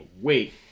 wait